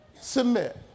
submit